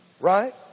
right